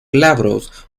glabros